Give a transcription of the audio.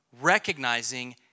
recognizing